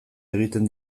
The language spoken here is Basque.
egiten